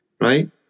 right